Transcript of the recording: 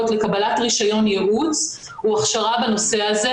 לקבלת רישיון ייעוץ הוא הכשרה בנושא הזה,